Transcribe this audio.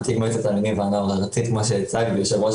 התחלנו בתהליך של הגדרת סלוגן שילווה